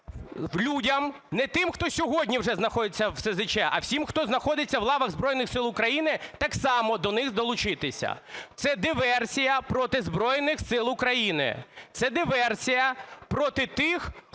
людям не тим, хто сьогодні вже знаходиться в СЗЧ, а всім, хто знаходиться у лавах Збройних Сил України, так само до них долучитися. Це диверсія проти Збройних Сил України. Це диверсія проти тих,